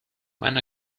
mein